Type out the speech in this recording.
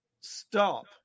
Stop